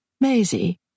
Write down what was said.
Maisie